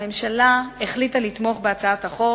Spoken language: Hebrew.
הממשלה החליטה לתמוך בהצעת החוק